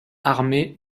armée